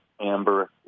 amber